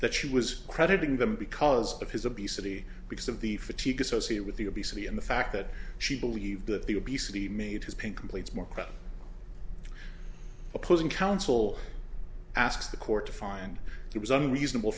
that she was crediting them because of his obesity because of the fatigue associated with the obesity and the fact that she believed that the obesity made his pain completes more quote opposing counsel asks the court to find he was unreasonable